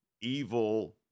evil